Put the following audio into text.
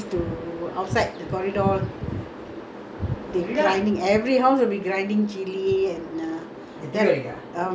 they grinding every house will be grinding chili and uh eve lah eve of deepavali they doing all the